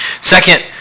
Second